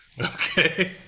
Okay